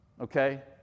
okay